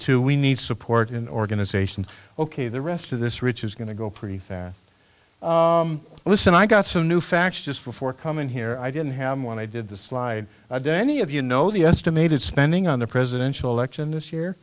to we need support an organization ok the rest of this rich is going to go pretty listen i got some new facts just before coming here i didn't have when i did the slide day any of you know the estimated spending on the presidential election this year